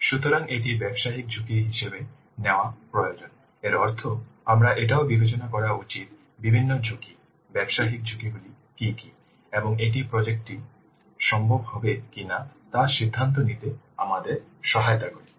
সুতরাং এটি ব্যবসায়িক ঝুঁকির হিসাব নেওয়া প্রয়োজন এর অর্থ আমাদের এটাও বিবেচনা করা উচিত বিভিন্ন ঝুঁকি ব্যবসায়িক ঝুঁকিগুলি কী কী এবং এটি প্রজেক্ট টি সম্ভব হবে কিনা তা সিদ্ধান্ত নিতে আমাদের সহায়তা করবে